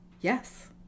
Yes